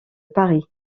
paris